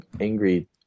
angry